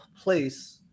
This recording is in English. place